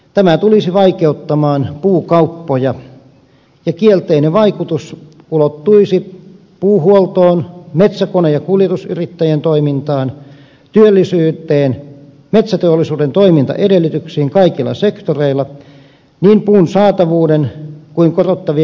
tämä tulisi vaikeuttamaan puukauppoja ja kielteinen vaikutus ulottuisi puuhuoltoon metsäkone ja kuljetusyrittäjän toimintaan työllisyyteen metsäteollisuuden toimintaedellytyksiin kaikilla sektoreilla niin puun saatavuuden kuin korottavien hintapaineitten osalta